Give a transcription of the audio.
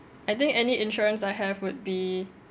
I think any insurance I have would be